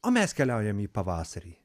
o mes keliaujam į pavasarį